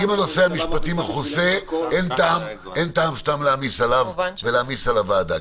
אם הנושא המשפטי מכוסה אין טעם סתם להעמיס עליו ועל הוועדה.